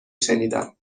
شنیدم